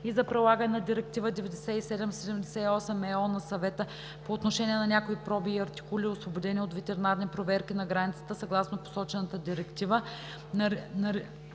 и за прилагане на Директива 97/78/ЕО на Съвета по отношение на някои проби и артикули, освободени от ветеринарни проверки на границата съгласно посочената директива